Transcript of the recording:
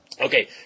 Okay